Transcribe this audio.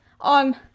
on